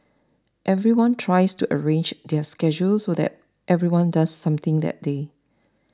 everyone tries to arrange their schedules so that everyone does something that day